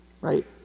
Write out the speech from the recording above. right